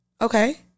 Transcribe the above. Okay